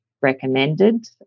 recommended